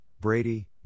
Brady